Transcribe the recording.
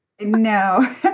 No